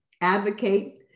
advocate